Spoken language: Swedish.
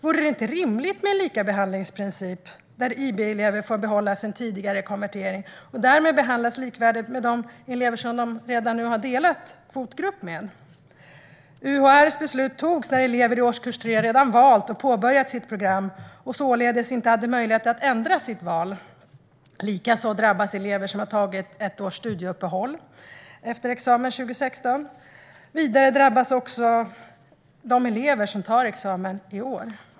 Vore det inte rimligt med en likabehandlingsprincip där IB-elever får behålla sin tidigare konvertering och därmed behandlas likvärdigt med de elever som de redan har delat kvotgrupp med? UHR:s beslut togs när elever i årskurs 3 redan valt och påbörjat sitt program och således inte hade möjlighet att ändra sitt val. Likaså drabbas elever som har tagit ett års studieuppehåll efter examen 2016. Vidare drabbas också de elever som tar examen i år.